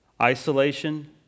Isolation